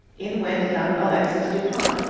in went young alexis dupont,